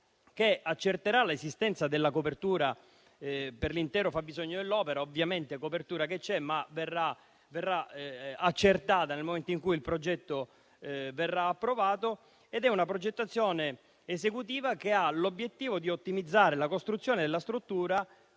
che accerterà l'esistenza della copertura per l'intero fabbisogno dell'opera. Ovviamente la copertura c'è, ma verrà accertata nel momento in cui il progetto verrà approvato. È una progettazione esecutiva che ha l'obiettivo di ottimizzare la costruzione della struttura